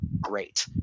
great